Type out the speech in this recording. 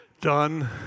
done